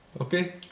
Okay